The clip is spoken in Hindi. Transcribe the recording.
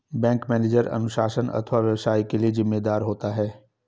बैंक मैनेजर अनुशासन अथवा व्यवसाय के लिए जिम्मेदार होता है